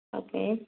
okay